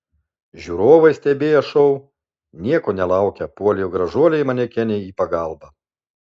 žiūrovai stebėję šou nieko nelaukę puolė gražuolei manekenei į pagalbą